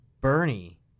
Bernie